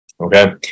Okay